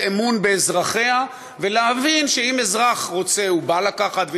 אמון באזרחיה ולהבין שאם אזרח רוצה הוא בא לקחת,